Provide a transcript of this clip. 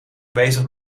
bezig